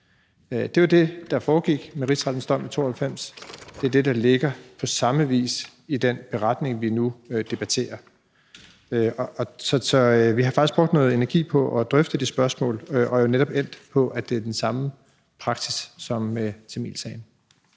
Det var jo det, der foregik med Rigsrettens dom i 1995, og det er det, der på samme vis ligger i den beretning, vi nu debatterer. Så vi har faktisk brugt noget energi på at drøfte det spørgsmål og er netop endt på, at det er den samme praksis som i tamilsagen.